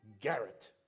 Garrett